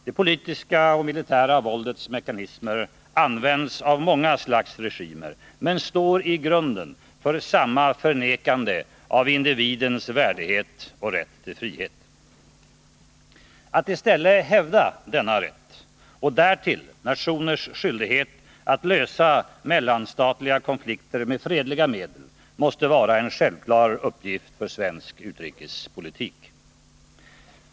Det politiska och militära våldets mekanismer används av många slags regimer men står i grunden för samma förnekande av individens värdighet och rätt till frihet. Att i stället hävda denna rätt och därtill nationers skyldighet att lösa mellanstatliga konflikter med fredliga medel måste vara en självklar uppgift för svensk utrikespolitik.